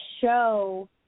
show